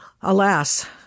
Alas